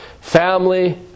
family